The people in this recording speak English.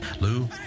Lou